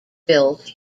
built